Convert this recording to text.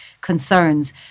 concerns